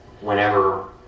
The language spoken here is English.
whenever